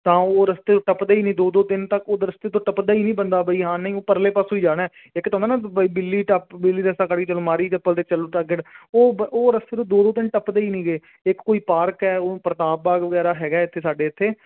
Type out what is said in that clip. ਤਾਂ ਉਹ ਰਸਤੇ ਟੱਪਦੇ ਹੀ ਨਹੀਂ ਦੋ ਦੋ ਦਿਨ ਤੱਕ ਉਧਰ ਰਸਤੇ ਤੋਂ ਟਪਦਾ ਹੀ ਨਹੀਂ ਬੰਦਾ ਬੀ ਹਾਂ ਨਹੀਂ ਉਹ ਪਰਲੇ ਪਾਸੋਂ ਹੀ ਜਾਣਾ ਇੱਕ ਤਾਂ ਹੁੰਦਾ ਨਾ ਬਈ ਬਿੱਲੀ ਟੱਪ ਬਿੱਲੀ ਰਸਤਾ ਕੱਟ ਗਈ ਚਲੋ ਮਾਰੀ ਚਪਲ ਤਾਂ ਚੱਲੂ ਤਾਂ ਉਹ ਰਸਤੇ ਨੂੰ ਦੋ ਦੋ ਤਿੰਨ ਟੱਪਦੇ ਹੀ ਨਹੀਂ ਗੇ ਇੱਕ ਕੋਈ ਪਾਰਕ ਹੈ ਉਹ ਪ੍ਰਤਾਪ ਬਾਗ ਵਗੈਰਾ ਹੈਗਾ ਇੱਥੇ ਸਾਡੇ ਇੱਥੇ